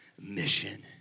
mission